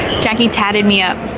jackie tatted me up,